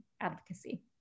advocacy